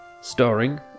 Starring